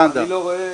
אני לא רואה